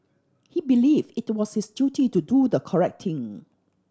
he believed it was his duty to do the correct thing